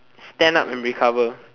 stand up and recover